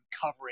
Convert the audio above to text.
covering